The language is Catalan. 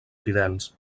fidels